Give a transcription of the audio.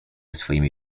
swymi